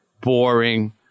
Boring